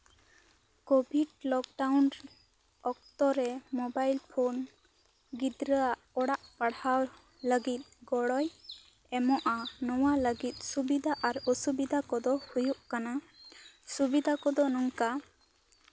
covid lockdown ᱚᱠᱛᱚᱨᱮ mobile phone ᱜᱤᱫᱽᱨᱟᱹᱣᱟᱜ ᱚᱲᱟᱜ ᱯᱟᱲᱦᱟᱣ ᱞᱟ ᱜᱤᱫ ᱜᱚᱲᱚᱭ ᱮᱢᱚᱜᱼᱟ ᱱᱚᱣᱟ ᱞᱟ ᱜᱤᱫ ᱥᱩᱵᱤᱫᱷᱟ ᱟᱨ ᱚᱥᱩᱵᱤᱫᱷᱟ ᱠᱚᱫᱚ ᱦᱩᱭᱩᱜ ᱠᱟᱱᱟ ᱥᱩᱵᱤᱫᱷᱟ ᱠᱚᱫᱚ ᱱᱚᱝᱠᱟ